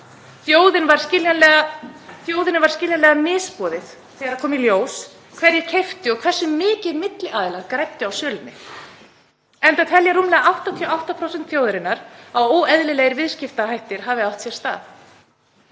Þjóðinni var skiljanlega misboðið þegar kom í ljós hverjir keyptu og hversu mikið milliaðilar græddu á sölunni, enda telja rúmlega 88% þjóðarinnar að óeðlilegir viðskiptahættir hafi átt sér stað.